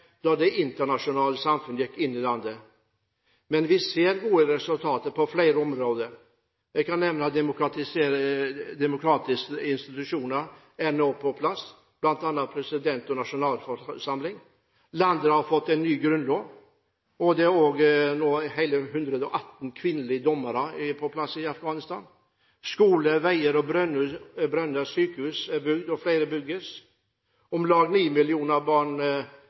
da det internasjonale samfunn gikk inn i landet. Men vi ser nå gode resultater på flere områder: Demokratiske institusjoner er nå på plass – bl.a. president og nasjonalforsamling. Landet har fått en ny grunnlov og har fått på plass 118 kvinnelige dommere. Skoler, veier, brønner og sykehus er bygd – og flere bygges. Om lag ni millioner barn